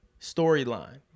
storyline